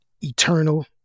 eternal